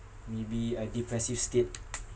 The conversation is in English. maybe a depressive state